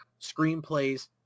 screenplays